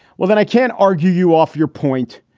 well, then i can't argue you off your point,